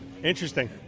Interesting